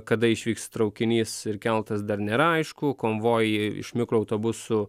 kada išvyks traukinys ir keltas dar nėra aišku konvojai iš mikroautobusų